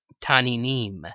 taninim